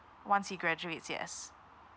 once he graduates yes